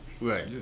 Right